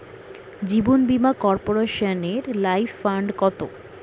জীবন বীমা কর্পোরেশনের life fund কত?